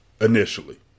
Initially